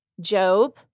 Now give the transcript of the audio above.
Job